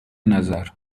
نظر